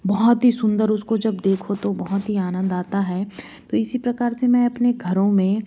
बहुत ही सुंदर उसको जब देखो तो बहुत ही आनंद आता है तो इसी प्रकार से मैं अपनी घरों में